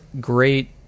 great